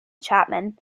chapman